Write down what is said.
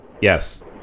Yes